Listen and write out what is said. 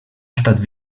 estat